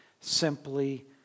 simply